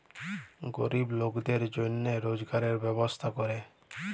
গরিব লকদের জনহে রজগারের ব্যবস্থা ক্যরে